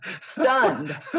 stunned